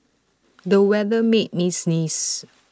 the weather made me sneeze